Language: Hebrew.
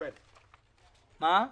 בטח.